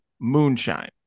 Moonshine